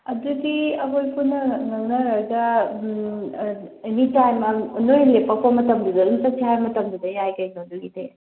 ꯑꯗꯨꯗꯤ ꯑꯩꯈꯣꯏ ꯄꯨꯟꯅ ꯉꯥꯡꯅꯔꯒ ꯑꯦꯅꯤ ꯇꯥꯏꯝ ꯅꯣꯏ ꯂꯦꯞꯂꯛꯄ ꯃꯇꯝꯗꯨꯗ ꯑꯗꯨꯝ ꯆꯠꯁꯦ ꯍꯥꯏꯕ ꯃꯇꯝꯗꯨꯗ ꯌꯥꯏ ꯀꯩꯅꯣ ꯑꯗꯨꯒꯤꯗꯤ